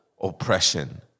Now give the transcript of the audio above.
oppression